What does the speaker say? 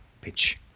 pitch